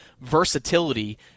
versatility